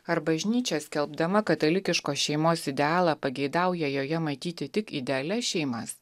ar bažnyčia skelbdama katalikiškos šeimos idealą pageidauja joje matyti tik idealias šeimas